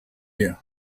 you